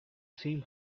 same